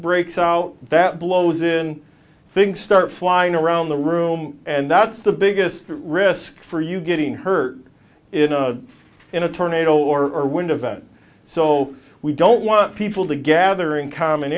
breaks out that blows in things start flying around the room and that's the biggest risk for you getting hurt in a tornado or wind event so we don't want people to gather in common